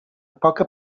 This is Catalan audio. poca